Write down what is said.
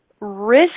risk